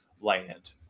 Land